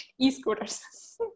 e-scooters